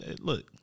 look